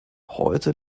heute